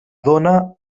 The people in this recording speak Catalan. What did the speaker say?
dóna